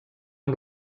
amb